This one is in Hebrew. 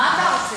מה אתה רוצה?